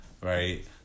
right